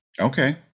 Okay